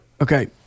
Okay